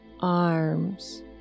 arms